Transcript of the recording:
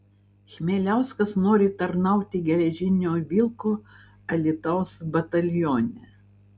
chmieliauskas nori tarnauti geležinio vilko alytaus batalione